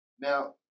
Now